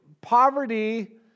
poverty